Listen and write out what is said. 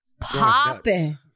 Popping